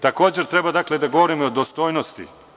Takođe, treba dakle da govorimo o dostojnosti.